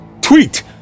Tweet